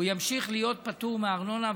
הוא ימשיך להיות פטור מארנונה,